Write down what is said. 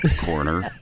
corner